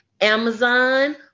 Amazon